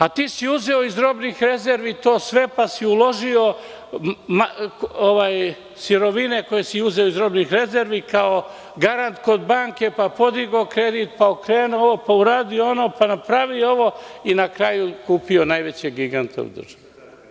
A, ti si uzeo iz robnih rezervi to sve, pa si uložio sirovine koje si uzeo iz robnih rezervi, kao garant kod banke, pa podigao kredit, pa okrenuo ovo, pa uradio ono, pa napravio ovo i na kraju kupio najvećeg giganta u državi.